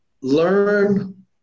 learn